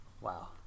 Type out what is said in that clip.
Wow